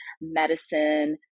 medicine